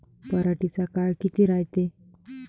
पराटीचा काळ किती रायते?